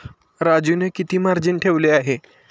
राजूने किती मार्जिन ठेवले आहे?